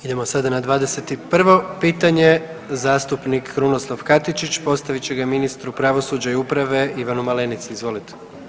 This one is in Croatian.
Idemo sada na 21. pitanje, zastupnik Krunoslav Katičić postavit će ga ministru pravosuđa i uprave Ivanu Malenici, izvolite.